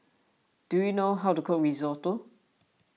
do you know how to cook Risotto